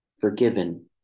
forgiven